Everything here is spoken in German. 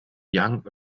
young